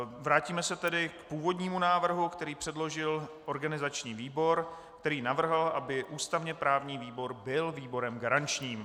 Vrátíme se tedy k původnímu návrhu, který předložil organizační výbor, který navrhl, aby ústavněprávní výbor byl výborem garančním.